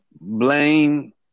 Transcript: blame